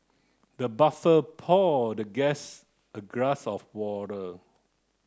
the poured the guest a glass of water